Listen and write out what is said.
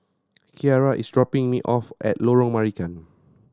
Kiarra is dropping me off at Lorong Marican